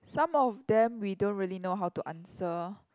some of them we don't really know how to answer